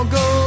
go